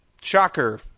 shocker